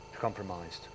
compromised